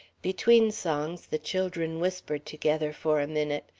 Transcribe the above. between songs the children whispered together for a minute.